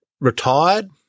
retired